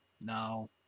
No